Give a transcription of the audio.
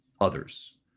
others